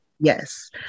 Yes